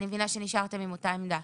אני מבינה שנשארתם עם אותה עמדה.